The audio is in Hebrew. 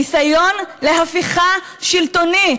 ניסיון להפיכה שלטונית.